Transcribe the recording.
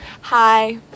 Hi